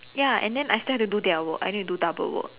ya and then I still have to do their work I need do double work